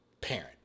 parent